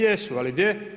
Jesu, ali gdje?